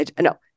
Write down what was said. No